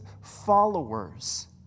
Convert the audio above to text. followers